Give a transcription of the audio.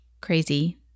crazy